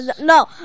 no